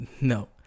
No